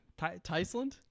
Tysland